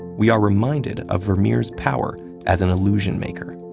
we are reminded of vermeer's power as an illusion maker.